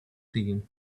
digging